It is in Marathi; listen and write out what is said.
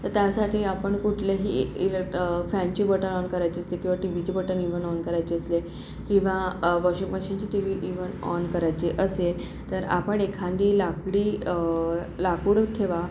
तर त्यासाठी आपण कुठलेही ई ईलेक फॅनचे बटन ऑन करायचे असते किंवा टीव्हीचे बटन इव्हन ऑन करायचे असते किंवा वॉशिंग मशीनची टी वी इवन ऑन करायची असेल तर आपण एखादी लाकडी लाकूड ठेवा